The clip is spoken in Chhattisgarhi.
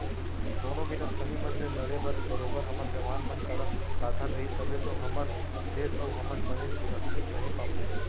कोनो भी नक्सली मन ले लड़े बर बरोबर हमर जवान मन करा साधन रही तभे तो हमर देस अउ हमन बने सुरक्छित रहें पाबो